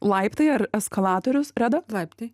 laiptai ar eskalatorius reda laiptai